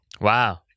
Wow